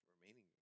Remaining